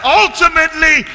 ultimately